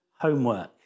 homework